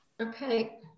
Okay